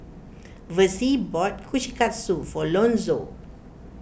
Versie bought Kushikatsu for Lonzo